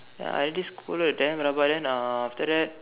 ya I already scold her damn rabak then uh after that